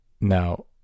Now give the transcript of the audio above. Now